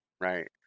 right